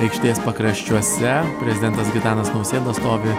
aikštės pakraščiuose prezidentas gitanas nausėda stovi